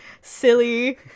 silly